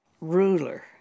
ruler